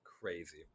crazy